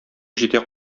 җитә